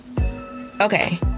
Okay